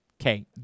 Okay